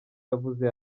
yavuze